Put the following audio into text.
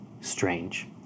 strange